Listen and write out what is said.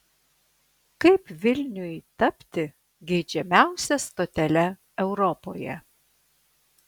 kaip vilniui tapti geidžiamiausia stotele europoje